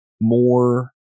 more